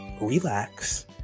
Relax